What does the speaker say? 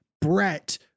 Brett